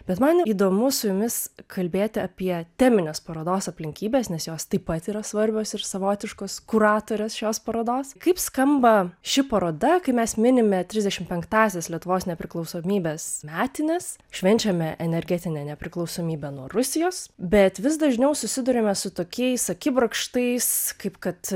bet man įdomu su jumis kalbėti apie teminės parodos aplinkybes nes jos taip pat yra svarbios ir savotiškos kuratorės šios parodos kaip skamba ši paroda kai mes minime trisdešimt penktąsias lietuvos nepriklausomybės metines švenčiame energetinę nepriklausomybę nuo rusijos bet vis dažniau susiduriame su tokiais akibrokštais kaip kad